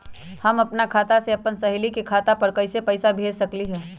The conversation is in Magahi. हम अपना खाता से अपन सहेली के खाता पर कइसे पैसा भेज सकली ह?